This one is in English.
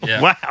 Wow